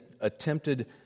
attempted